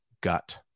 gut